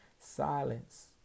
Silence